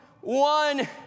one